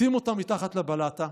שים אותה מתחת לבלטה,